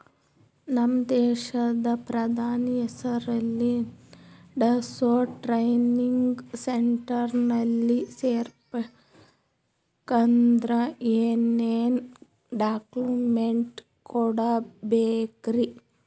ನಮ್ಮ ದೇಶದ ಪ್ರಧಾನಿ ಹೆಸರಲ್ಲಿ ನೆಡಸೋ ಟ್ರೈನಿಂಗ್ ಸೆಂಟರ್ನಲ್ಲಿ ಸೇರ್ಬೇಕಂದ್ರ ಏನೇನ್ ಡಾಕ್ಯುಮೆಂಟ್ ಕೊಡಬೇಕ್ರಿ?